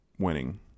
winning